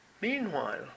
meanwhile